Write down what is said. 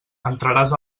entraràs